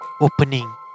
opening